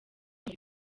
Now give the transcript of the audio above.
muri